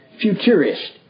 Futurist